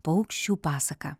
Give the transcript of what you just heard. paukščių pasaka